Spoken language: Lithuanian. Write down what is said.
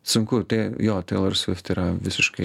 sunku tai jo teilor svift yra visiškai